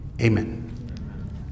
amen